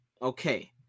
Okay